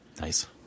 Nice